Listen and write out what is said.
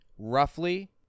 roughly